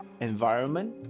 environment